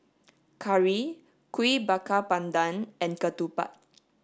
Curry Kuih Bakar Pandan and ketupat